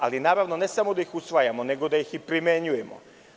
Ali, naravno, ne samo da ih usvajamo, nego da ih i primenjujemo.